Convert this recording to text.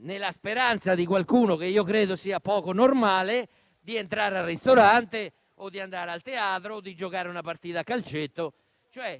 nella speranza di qualcuno, che io credo sia poco normale - di entrare al ristorante, di andare a teatro, di giocare una partita a calcetto.